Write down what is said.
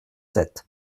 sept